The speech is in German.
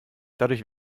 dadurch